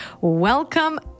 Welcome